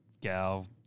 gal